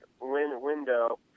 window